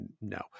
No